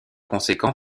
conséquent